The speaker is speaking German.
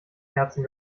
herzen